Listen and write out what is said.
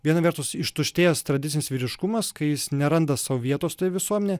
viena vertus ištuštėjęs tradicinis vyriškumas kai jis neranda sau vietos toj visuomenėj